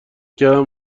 کردم